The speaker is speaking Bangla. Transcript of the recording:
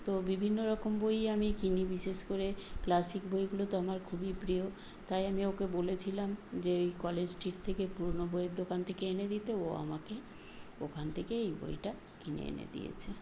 তো বিভিন্ন রকম বইই আমি কিনি বিশেষ করে ক্লাসিক বইগুলো তো আমার খুবই প্রিয় তাই আমি ওকে বলেছিলাম যে ওই কলেজ স্ট্রিট থেকে পুরোনো বইয়ের দোকান থেকে এনে দিতে ও আমাকে ওখান থেকে এই বইটা কিনে এনে দিয়েছে